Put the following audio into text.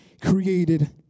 created